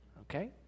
Okay